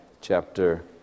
chapter